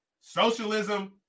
Socialism